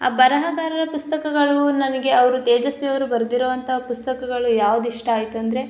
ಆ ಬರಹಗಾರರ ಪುಸ್ತಕಗಳು ನನಗೆ ಅವರು ತೇಜಸ್ವಿಯವರು ಬರ್ದಿರುವಂಥ ಪುಸ್ತಕಗಳು ಯಾವ್ದು ಇಷ್ಟ ಆಯಿತಂದರೆ